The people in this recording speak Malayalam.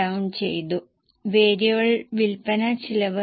വായന തുടരുന്നതോടൊപ്പം പ്രധാന പോയിന്റിടുകൾ അടിവരയിടുക